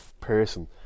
person